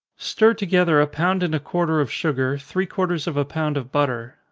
stir together a pound and a quarter of sugar, three quarters of a pound of butter.